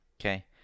okay